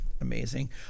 Amazing